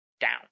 down